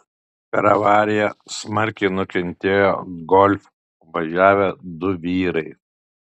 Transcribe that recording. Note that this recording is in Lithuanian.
per avariją smarkiai nukentėjo golf važiavę du vyrai